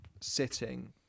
sitting